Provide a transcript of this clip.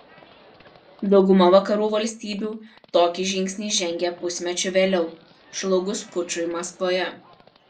dauguma vakarų valstybių tokį žingsnį žengė pusmečiu vėliau žlugus pučui maskvoje